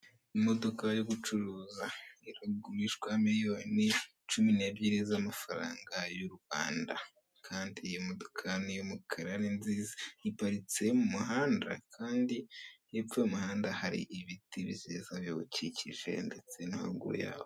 Imodoka yo gucuruza iragurishwa miliyoni cumi nebyiri z'amafaranga y'urwanda kandi iyo modoka niy'umukara ninziza iparitse mumuhanda kandi hepfo y'umuhanda hari ibiti byiza biwukikije ndetse na ruguru yawo .